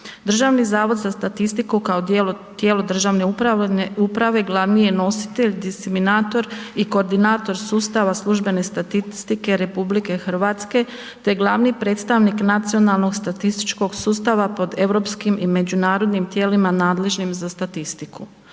Državni zavod za statistiku kao tijelo državne uprave glavni je nositelj, diseminator i koordinator sustava službene statistike RH te glavni predstavnik Nacionalnog statističkog sustava pod europskim i međunarodnim tijelima nadležnim za statistiku.